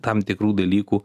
tam tikrų dalykų